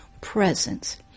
presence